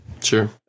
Sure